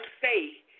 say